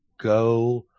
go